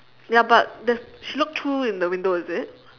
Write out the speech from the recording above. ya but there's she looked through in the window is it